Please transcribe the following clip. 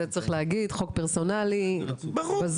זה צריך להגיד חוק פרסונלי בזוי,